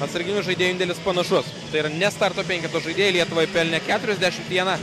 atsarginių žaidėjų indėlis panašus tai yra ne starto penketo žaidėjai lietuvai pelnė keturiasdešimt vieną